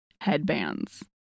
headbands